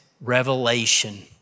revelation